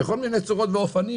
בכל מיני צורות ואופנים,